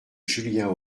julien